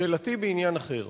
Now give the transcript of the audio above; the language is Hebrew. שאלתי בעניין אחר: